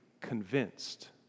convinced